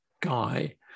guy